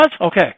Okay